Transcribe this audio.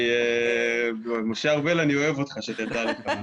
אני אוהב אותך, שתדע לך.